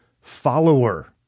follower